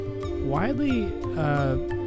widely